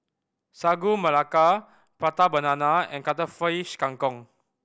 Sagu Melaka Prata Banana and Cuttlefish Kang Kong